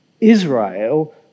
Israel